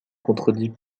contredit